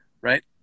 right